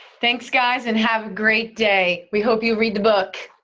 thanks guys and have a great day. we hope you read the book.